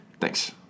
Thanks